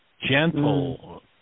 gentle